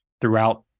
throughout